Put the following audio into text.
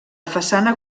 façana